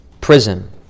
prison